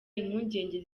impungenge